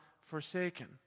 forsaken